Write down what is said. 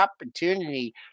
opportunity